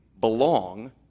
belong